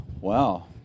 Wow